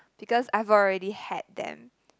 because I've already had them